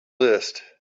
list